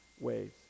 ways